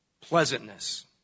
pleasantness